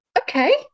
Okay